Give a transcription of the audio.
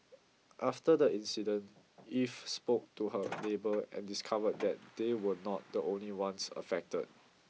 after the incident Eve spoke to her neighbour and discovered that they were not the only ones affected